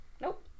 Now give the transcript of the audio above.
Nope